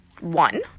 one